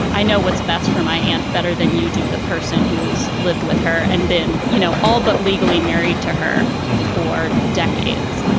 i know what's best for my aunt, better than you do the person who's lived with her and been, you know, all but legally married to her for decades.